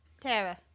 Tara